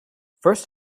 first